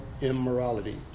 immorality